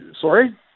sorry